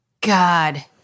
God